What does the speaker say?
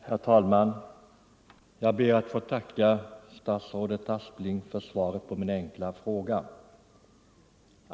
Herr talman! Jag ber att få tacka statsrådet Aspling för svaret på min enkla fråga.